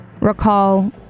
recall